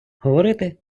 говорити